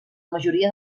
majoria